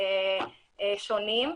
שונים.